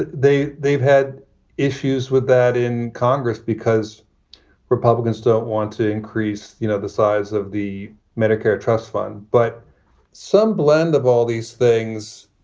they they've had issues with that in congress because republicans don't want to increase you know the size of the medicare trust fund, but some blend of all these things.